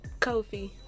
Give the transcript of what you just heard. Kofi